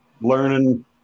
learning